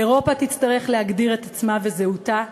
אירופה תצטרך להגדיר את עצמה ואת זהותה,